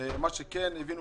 כולם מבינים